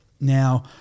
Now